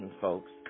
folks